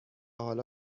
حالا